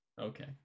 okay